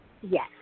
Yes